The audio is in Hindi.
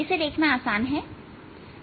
इसे देखना आसान है